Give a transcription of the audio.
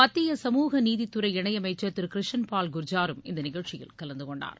மத்திய சமூக நீதித்துறை இணையமைச்சர் திரு கிரிஷன்பால் குர்ஜாரும் இந்த நிகழ்ச்சியில் கலந்தகொண்டார்